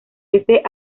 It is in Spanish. este